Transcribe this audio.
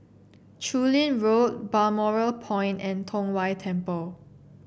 Chu Lin Road Balmoral Point and Tong Whye Temple